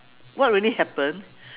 what really happened